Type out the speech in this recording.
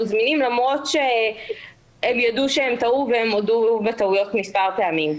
זמינים למרות שהם ידעו שהם טעו והם הודו בטעויות מספר פעמים.